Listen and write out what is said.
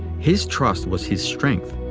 his trust was his strength,